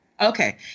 Okay